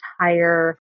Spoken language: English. entire